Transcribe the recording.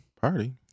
Party